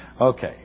Okay